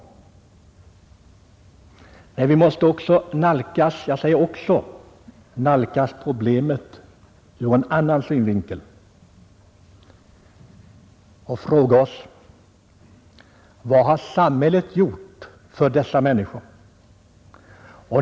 Nej, vi måste också — jag säger också — nalkas problemet ur en annan synvinkel och fråga oss: Vad har samhället gjort för dessa människor? Människor som på ett eller annat sätt avviker från det normala beteendemönstret.